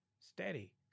steady